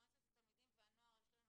מועצת התלמידים והנוער, יש לנו